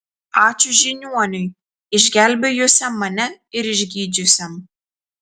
ačiū žiniuoniui išgelbėjusiam mane ir išgydžiusiam